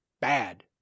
bad